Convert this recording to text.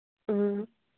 ꯎꯝ